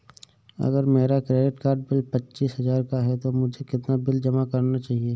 अगर मेरा credit card bill पच्चीस हजार का है तो मुझे कितना बिल जमा करना चाहिए?